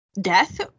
death